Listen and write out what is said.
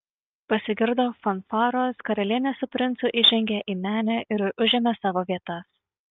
pasigirdo fanfaros karalienė su princu įžengė į menę ir užėmė savo vietas